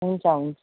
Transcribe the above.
हुन्छ हुन्छ